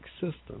system